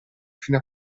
fino